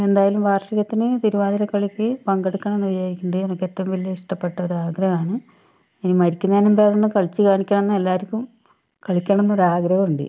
എന്തായാലും വാർഷികത്തിന് തിരുവാതിര കളിക്ക് പങ്കെടുക്കണം എന്ന് വിചാരിക്കുന്നുണ്ട് എനിക്ക് ഏറ്റവും വലിയ ഇഷ്ടപ്പെട്ട ഒരു ആഗ്രഹമാണ് ഇനി മരിക്കുന്നതിന് മുമ്പേ അതൊന്ന് കളിച്ച് കാണിക്കണം എന്ന് എല്ലാവർക്കും കളിക്കണം എന്ന് ഒരു ആഗ്രഹമുണ്ട്